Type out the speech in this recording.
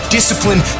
Discipline